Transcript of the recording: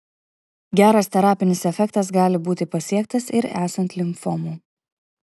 geras terapinis efektas gali būti pasiektas ir esant limfomų